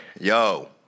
yo